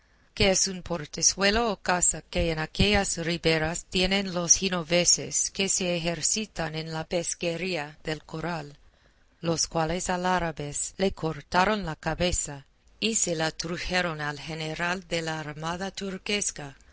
que es un portezuelo o casa que en aquellas riberas tienen los ginoveses que se ejercitan en la pesquería del coral los cuales alárabes le cortaron la cabeza y se la trujeron al general de la armada turquesca